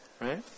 Right